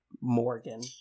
Morgan